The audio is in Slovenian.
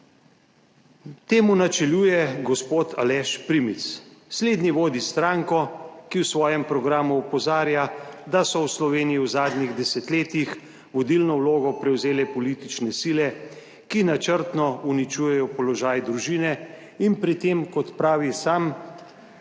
Temu načeljuje gospod Aleš Primic. Slednji vodi stranko, ki v svojem programu opozarja, da so v Sloveniji v zadnjih desetletjih vodilno vlogo prevzele politične sile, ki načrtno uničujejo položaj družine, in pri tem, kot pravi sam